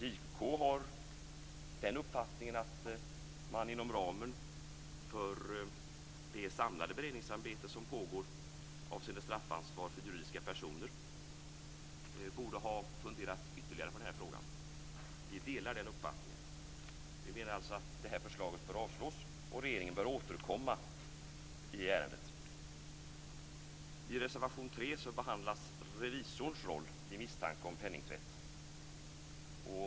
JK har uppfattningen att man inom ramen för det samlade beredningsarbete som pågår avseende straffansvar för juridiska personer borde ha funderat ytterligare på frågan. Vi delar den uppfattningen. Vi menar alltså att förslaget bör avslås och att regeringen bör återkomma i ärendet. I reservation 3 behandlas revisorns roll vid misstanke om penningtvätt.